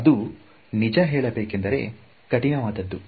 ಅದು ನಿಜ ಹೇಳಬೇಕೆಂದರೆ ಕಠಿಣವಾದದ್ದು